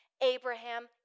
Abraham